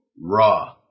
raw